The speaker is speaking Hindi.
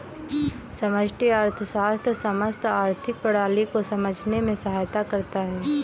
समष्टि अर्थशास्त्र समस्त आर्थिक प्रणाली को समझने में सहायता करता है